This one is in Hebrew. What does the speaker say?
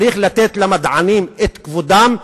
צריך לתת למדענים את כבודם,